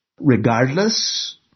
regardless